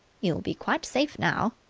you'll be quite safe now,